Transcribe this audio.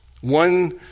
One